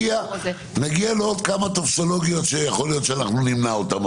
נגיע לעוד כמה טופסולוגיות שיכול להיות שנמנע אותם,